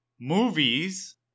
Movies